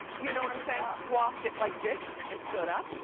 you know what i'm saying? swaft it like this, and stood up.